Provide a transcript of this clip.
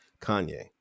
Kanye